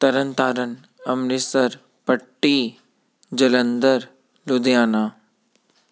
Tarn Taran Amritsar Patti Jalandhar Ludhiana